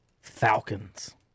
Falcons